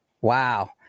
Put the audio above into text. Wow